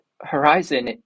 Horizon